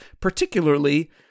particularly